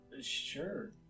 Sure